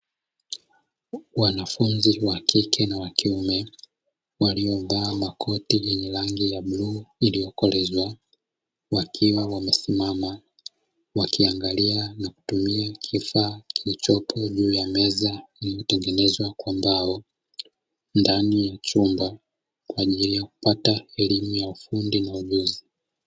Wanafunzi wakike na wakiume waliova makoti yenye rangi ya bluu iliyokolezwa, wakiwa wamesimama wakiangalia na kutumia kifaa kilichopo juu ya meza iliyotengenezwa kwa mbao, ndani ya chumba kwa ajili ya kupata elimu ya ufundi na ujuzi.